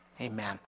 Amen